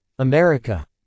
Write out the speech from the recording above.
America